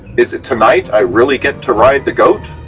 is it tonight i really get to ride the goat?